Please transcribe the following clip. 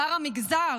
שר המגזר,